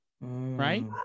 Right